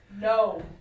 No